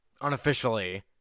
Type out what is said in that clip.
unofficially